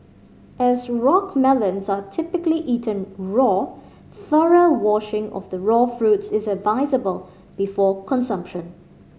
as rock melons are typically eaten raw thorough washing of the raw fruits is advisable before consumption